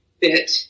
bit